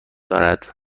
دارد